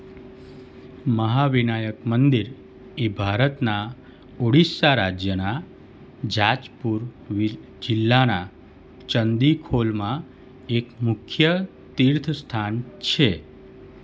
મહાવિનાયક મંદિર એ ભારતના ઓડિશા રાજ્યના જાજપુર વીર જિલ્લાના ચંદીખોલમાં એક મુખ્ય તીર્થસ્થાન છે